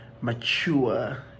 mature